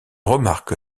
remarque